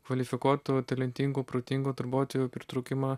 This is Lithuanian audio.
kvalifikuotų talentingų protingų darbuotojų pritraukimą